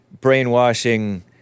brainwashing